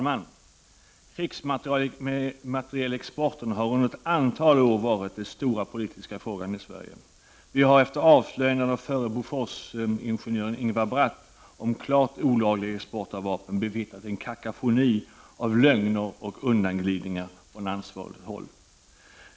Herr talman! Krigsmaterielexporten har under ett antal år varit en av de stora politiska frågorna i Sverige. Vi har, efter avslöjandena av förre Boforsingenjören Ingvar Bratt om klart olaglig export av vapen, bevittnat en kakofoni av lögner och undanglidningar från ansvarigt håll.